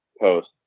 post